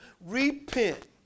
repent